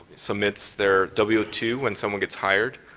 submits their w two, when someone gets hired,